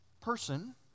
person